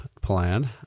plan